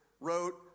wrote